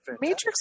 Matrix